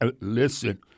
Listen